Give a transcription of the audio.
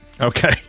Okay